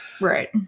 Right